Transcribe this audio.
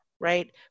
right